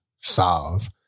solve